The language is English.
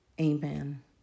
Amen